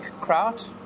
kraut